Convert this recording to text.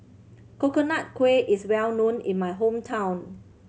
Coconut Kuih is well known in my hometown